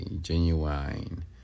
Genuine